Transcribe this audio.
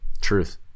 truth